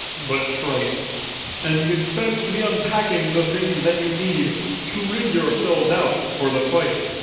but trite and you'd best be unpacking the things that you need to rig yourselves out for the fight.